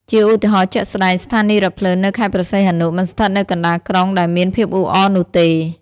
ជាឧទាហរណ៍ជាក់ស្តែង ស្ថានីយ៍រថភ្លើងនៅខេត្តព្រះសីហនុ មិនស្ថិតនៅកណ្តាលក្រុងដែលមានភាពអ៊ូអរនោះទេ។